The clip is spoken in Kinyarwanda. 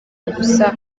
ubusa